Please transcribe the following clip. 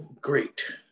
great